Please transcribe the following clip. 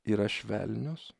yra švelnios